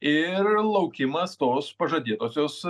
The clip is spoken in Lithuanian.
ir laukimas tos pažadėtosios